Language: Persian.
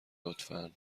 لطفا